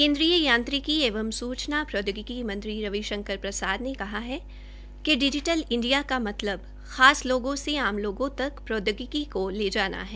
केन्द्रीय यांत्रिकी एवं सूचना प्रौद्योगिकी मंत्री रविशंकर प्रसाद ने कहा है कि डिजीटल इंडिया का मतलब खास लोगों से आम लोगों तक प्रौद्योगिकी को लेकर जाना है